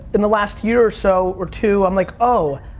in the last year or so, or two, i'm like, oh,